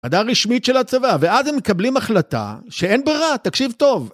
הודעה רשמית של הצבא, ואז הם מקבלים החלטה שאין ברירה, תקשיב טוב.